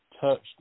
touched